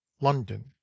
London